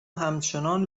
همچنان